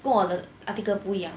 跟我的 article 不一样